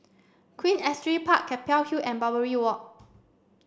Queen Astrid Park Keppel Hill and Barbary Walk